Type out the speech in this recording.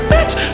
Bitch